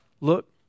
Look